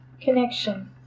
connection